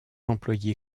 employé